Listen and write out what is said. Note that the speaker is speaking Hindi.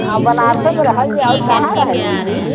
आ बनारसै में रहल जाई और कहाँ रहल जाई जी